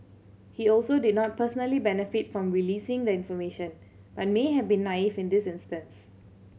he also did not personally benefit from releasing the information but may have been naive in this instance